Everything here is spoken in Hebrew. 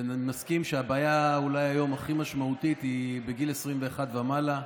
ואני מסכים שהבעיה אולי הכי משמעותית היום היא בגיל 21 ומעלה,